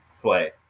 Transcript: play